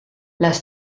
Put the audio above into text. les